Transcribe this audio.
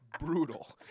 brutal